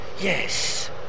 Yes